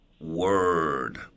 word